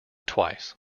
twice